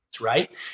right